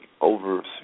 over